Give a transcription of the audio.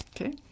okay